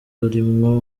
urimwo